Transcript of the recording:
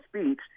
speech